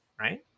right